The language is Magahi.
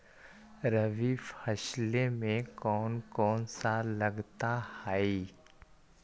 रबी फैसले मे कोन कोन सा लगता हाइय?